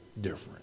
different